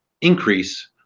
increase